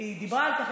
היא דיברה על כך,